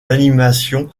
animation